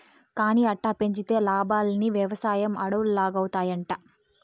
కానీ అట్టా పెంచితే లాబ్మని, వెవసాయం అడవుల్లాగౌతాయంట